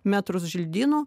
metrus želdynų